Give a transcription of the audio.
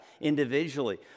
individually